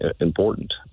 important